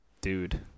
dude